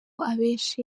abenshi